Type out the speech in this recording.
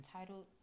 entitled